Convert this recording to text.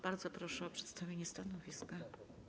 Bardzo proszę o przedstawienie stanowiska.